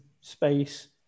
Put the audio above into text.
space